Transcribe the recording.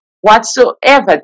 whatsoever